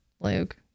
Luke